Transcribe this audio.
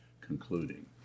concluding